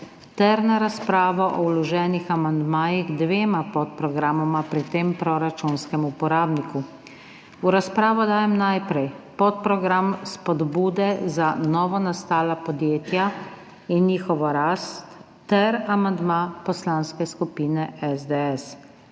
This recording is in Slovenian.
ter na razpravo o vloženih amandmajih k dvema podprogramoma pri tem proračunskem uporabniku. V razpravo dajem najprej podprogram Spodbude za novonastala podjetja in njihovo rast ter amandma Poslanske skupine SDS.